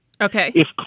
Okay